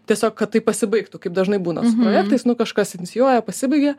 tiesiog kad tai pasibaigtų kaip dažnai būna su projektais nu kažkas inicijuoja pasibaigia